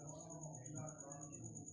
मुंबई शहर के धन रो राजधानी कहलो जाय छै